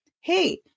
hey